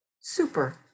Super